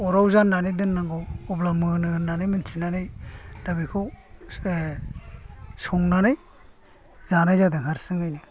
अराव जाननानै दोननांगौ अब्ला मोनो होननानै मोनथिनानै दा बेखौ संनानै जानाय जादों हारसिङैनो